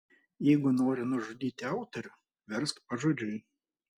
jeigu nori nužudyti autorių versk pažodžiui